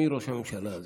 מי ראש הממשלה הזאת.